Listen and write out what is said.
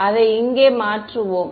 எனவே அதை இங்கே மாற்றுவோம்